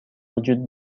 وجود